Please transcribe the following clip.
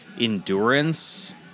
endurance